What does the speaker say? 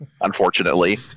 unfortunately